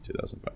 2005